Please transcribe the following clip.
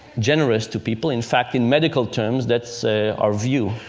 generous to people in fact, in medical terms, that's our view.